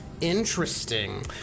Interesting